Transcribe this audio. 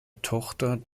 tochter